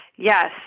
Yes